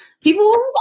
people